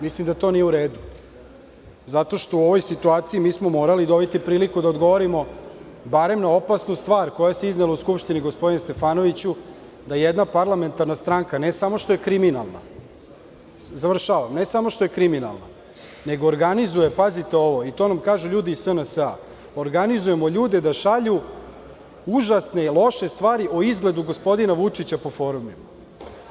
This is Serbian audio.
Mislim da to nije u redu zato što u ovoj situaciji mi smo morali dobiti priliku da odgovorimo barem na opasnu stvar koja se iznela u Skupštini, gospodine Stefanoviću, da jedna parlamentarna stranka, ne samo što je kriminalna, nego organizuje, pazite ovo, i to nam kažu ljudi iz SNS – organizujemo ljude da šalju užasne i loše stvari o izgledu gospodina Vučića po forumima.